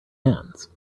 hands